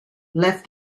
left